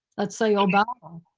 let's say obama,